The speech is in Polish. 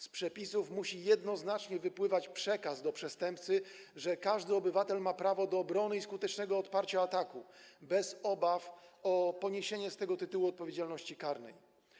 Z przepisów musi jednoznacznie wypływać przekaz dla przestępcy, że każdy obywatel ma prawo do obrony i skutecznego odparcia ataku bez obaw przed poniesieniem z tego tytułu odpowiedzialności karnej.